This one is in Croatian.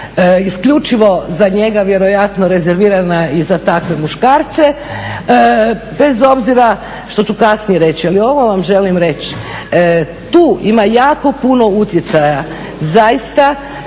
isključivo za njega vjerojatno rezervirana i za takve muškarce, bez obzira što ću kasnije reći. Ali ovo vam želi reći, tu ima jako puno utjecaja zaista